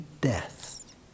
death